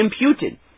imputed